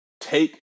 Take